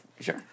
Sure